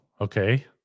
okay